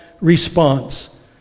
response